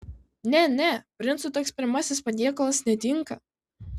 ne ne princui toks pirmasis patiekalas netinka